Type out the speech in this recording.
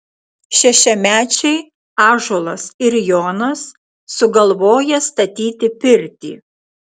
šešiamečiai ąžuolas ir jonas sugalvoja statyti pirtį